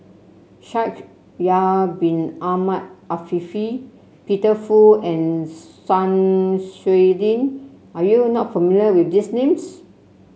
Shaikh Yahya Bin Ahmed Afifi Peter Fu and Sun Xueling are you not familiar with these names